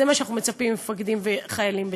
זה מה שאנחנו מצפים ממפקדים וחיילים בצה"ל.